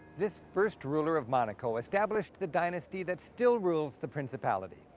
this first ruler of monaco established the dynasty that still rules the principality.